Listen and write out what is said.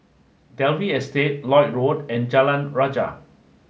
Dalvey Estate Lloyd Road and Jalan Rajah